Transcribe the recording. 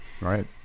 Right